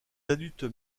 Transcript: adultes